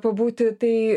pabūti tai